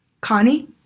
connie